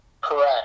Correct